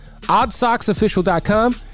oddsocksofficial.com